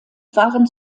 waren